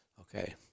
Okay